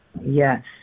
Yes